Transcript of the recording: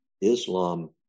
Islam